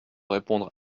répondre